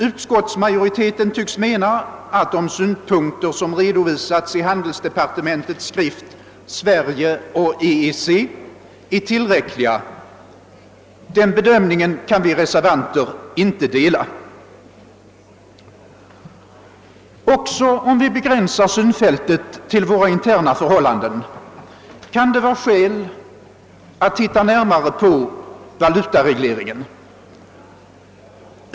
Utskottsmajoriteten tycks mena att de synpunkter, som redovisas i handelsdepartementets skrift »Sverige och EEC», är tillräckliga. Denna bedömning kan inte vi reservanter dela. Även om vi begränsar synfältet till våra interna förhållanden kan det vara skäl att se närmare på valutaregleringen.